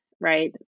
right